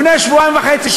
לפני שבועיים וחצי,